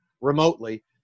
remotely